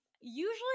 usually